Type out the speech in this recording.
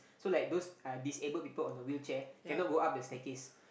so like those uh disabled people on the wheelchair cannot go up the staircase